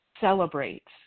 celebrates